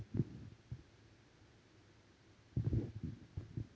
ठिबक सिंचनाक खयल्या मापाचे पाईप बरे असतत?